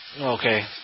Okay